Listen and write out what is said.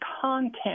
content